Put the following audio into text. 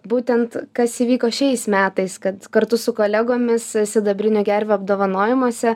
būtent kas įvyko šiais metais kad kartu su kolegomis sidabrinių gervių apdovanojimuose